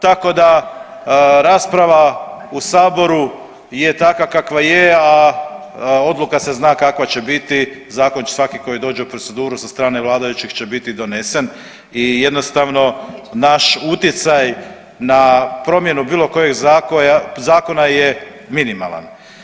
Tako da rasprava u saboru je takva kakva je, a odluka se zna kakva će biti, zakon će svaki koji dođe u proceduru sa strane vladajućih će biti donesen i jednostavno naš utjecaj na promjenu bilo kojeg zakona je minimalan.